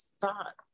thought